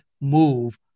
move